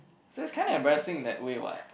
so it's kind of embarrassing in that way what